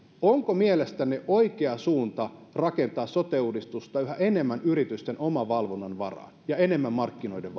onko mielestänne oikea suunta rakentaa sote uudistusta yhä enemmän yritysten omavalvonnan varaan ja enemmän markkinoiden